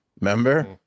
Remember